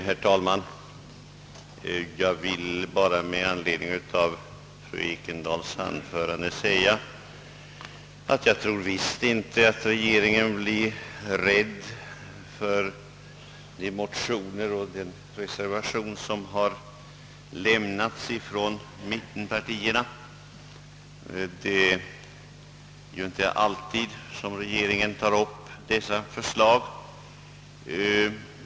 Herr talman! Jag vill till fru Ekendahl säga, att jag visst inte tror att regeringen blir rädd för de motioner och den reservation som här lämnats från mittenpartierna. Regeringen tar ju inte alltid upp våra förslag.